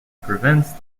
prevents